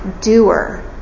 doer